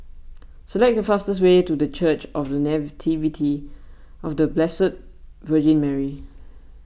select the fastest way to the Church of the Nativity of the Blessed Virgin Mary